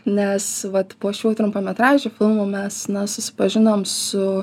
nes vat po šių trumpametražių filmų mes na susipažinom su